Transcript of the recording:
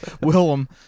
Willem